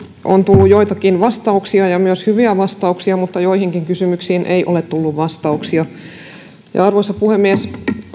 on tullut joitakin vastauksia myös hyviä vastauksia mutta joihinkin kysymyksiin ei ole tullut vastauksia arvoisa puhemies